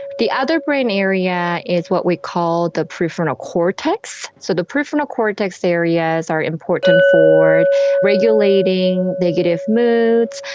the other brain area is what we call the prefrontal cortex. so the prefrontal cortex areas are important for regulating negative moods,